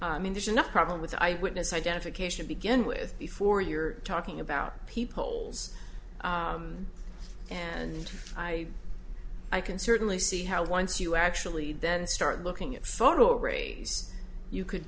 i mean there's not problem with eye witness identification begin with before you're talking about peoples and i i can certainly see how once you actually then start looking at photo arrays you could